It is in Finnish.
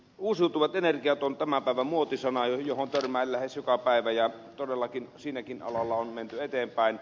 uusiutuvat energiat ovat tämän päivän muotisana johon törmää lähes joka päivä ja todellakin silläkin alalla on menty eteenpäin